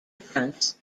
fronts